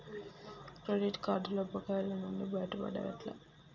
Credit కార్డుల బకాయిల నుండి బయటపడటం ఎట్లా?